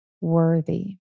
worthy